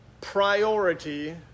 priority